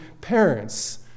parents